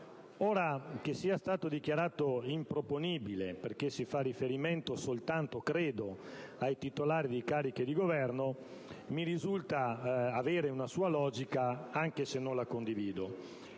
che sia stato dichiarato improponibile - perché si fa riferimento soltanto al titolare di cariche di governo - mi risulta avere una sua logica, anche se non la condivido.